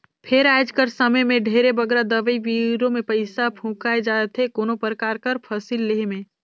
फेर आएज कर समे में ढेरे बगरा दवई बीरो में पइसा फूंकाए जाथे कोनो परकार कर फसिल लेहे में